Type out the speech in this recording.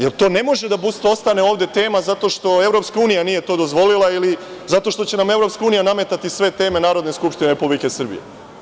Da li to ne može da ostane ovde tema zato što EU nije to dozvolila ili zato što će nam EU nametati sve teme Narodne skupštine Republike Srbije?